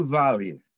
value